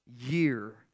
year